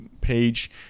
page